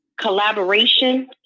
collaboration